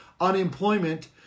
unemployment